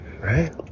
right